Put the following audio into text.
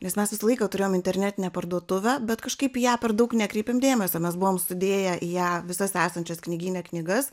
nes mes visą laiką turėjom internetinę parduotuvę bet kažkaip į ją per daug nekreipėm dėmesio mes buvom sudėję į ją visas esančias knygyne knygas